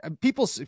people